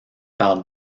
par